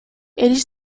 eles